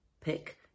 pick